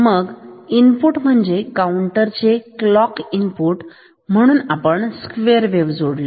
मग इनपुट म्हणजे काउंटर चे क्लॉक इनपुट म्हणून स्क्वेअर वेव्ह ही जोडली